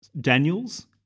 Daniels